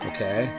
Okay